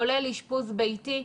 כולל אשפוז ביתי,